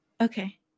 Okay